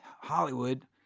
Hollywood